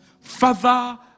Father